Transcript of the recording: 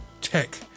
tech